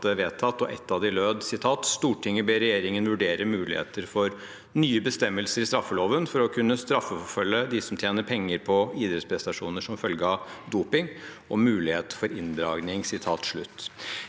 vedtaket bes regjeringen om å vurdere muligheten for nye bestemmelser i straffeloven for å kunne straffeforfølge dem som tjener penger på idrettsprestasjoner som følge av doping, og muligheten for inndragning.